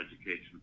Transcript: education